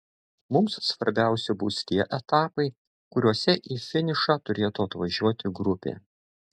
mums svarbiausi bus tie etapai kuriuose į finišą turėtų atvažiuoti grupė